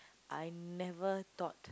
I never thought